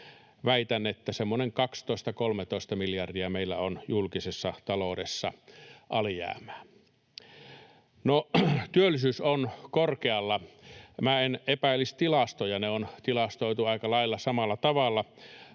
semmoinen 12—13 miljardia meillä on julkisessa taloudessa alijäämää. No, työllisyys on korkealla. En epäilisi tilastoja — ne on tilastoitu aika lailla samalla tavalla